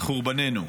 לחורבננו.